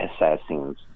assassins